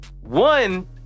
one